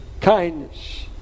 kindness